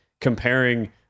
comparing